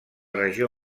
regió